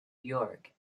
york